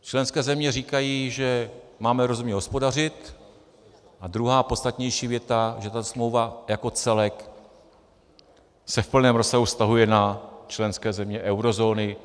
Členské země říkají, že máme rozumně hospodařit, a druhá, podstatnější věta, že tato smlouva jako celek se v plném rozsahu vztahuje na členské země eurozóny.